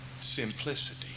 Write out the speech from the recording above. simplicity